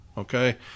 Okay